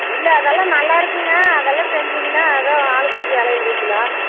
இல்லை அதெல்லாம் நல்லாயிருக்குங்க அதெல்லாம் செஞ்சுங்கனா ஆளுக்கு கொஞ்சம் இலைல வைக்கலாம்